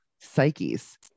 psyches